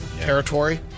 territory